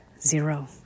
zero